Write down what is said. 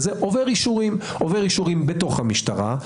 עובר אישורים בתוך המשטרה,